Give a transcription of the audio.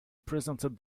presented